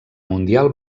mundial